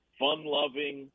fun-loving